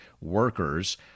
workers